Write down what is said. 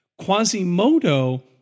Quasimodo